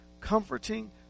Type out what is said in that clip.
comforting